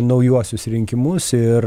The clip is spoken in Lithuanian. naujuosius rinkimus ir